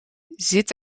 zit